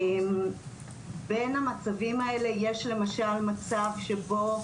בין המצבים האלה יש למשל מצב שבו